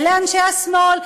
אלה אנשי השמאל,